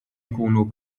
nkunu